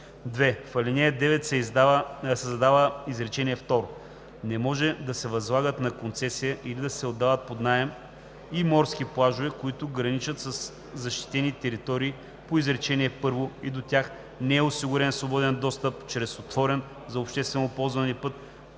2. В ал. 9 се създава изречение второ: „Не може да се възлагат на концесия или да се отдават под наем и морски плажове, които граничат със защитени територии по изречение първо и до тях не е осигурен свободен достъп чрез отворен за обществено ползване път,